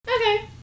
Okay